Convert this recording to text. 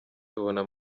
tubona